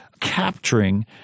capturing